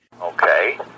Okay